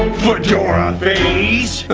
fedora phase?